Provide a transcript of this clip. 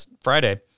Friday